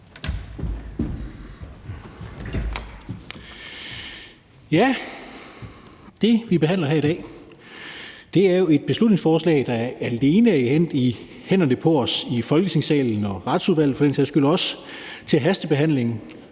Det, vi behandler her i dag, er jo et beslutningsforslag, der alene er endt i hænderne på os i Folketingssalen og for den sags skyld også i Retsudvalget